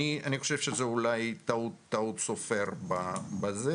אני חושב שזה אולי יש טעות סופר בזה.